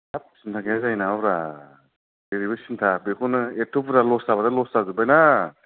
हाब सिन्था गैया जायो नामाब्रा जेरैबो सिन्था बेखौनो एथ बुरजा लस जाबाथाय लस जाजोबबायना